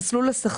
יש מסלול שכר,